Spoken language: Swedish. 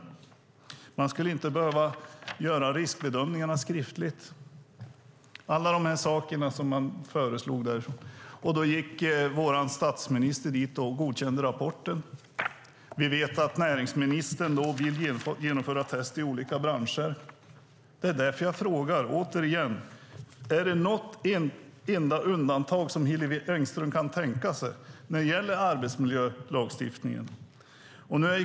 Man skulle inte behöva göra riskbedömningarna skriftligt. Vår statsminister godkände rapporten. Vi vet att näringsministern vill genomföra test i olika branscher. Det är därför jag frågar: Kan Hillevi Engström tänka sig något enda undantag när det gäller arbetsmiljölagstiftningen?